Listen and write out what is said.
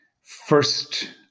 first